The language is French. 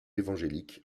évangélique